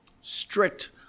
strict